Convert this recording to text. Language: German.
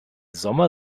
sommer